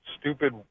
stupid